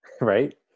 Right